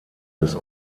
des